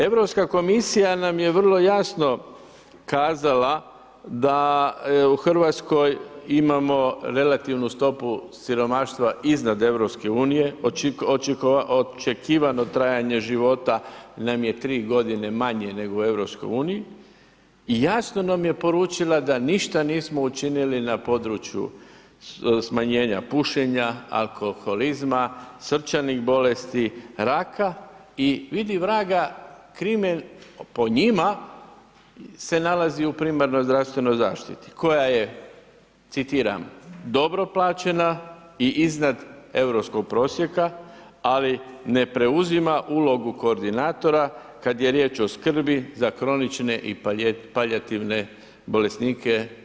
Europska komisija nam je vrlo jasno kazala da je u Hrvatskoj imamo relativnu stopu siromaštva iznad EU, očekivano trajanje života nam je 3 godine manje nego u EU i jasno nam je poručila da ništa nismo učinili na području smanjenja pušenja, alkoholizma, srčanih bolesti, raka i vidi vraga, krimen, po njima, se nalazi u primarnoj zdravstvenoj zaštiti koja je, citiram: dobro plaćena i iznad europskog prosjeka, ali ne preuzima ulogu koordinatora kad je riječ o skrbi za kronične i palijativne bolesnike.